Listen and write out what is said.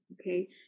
okay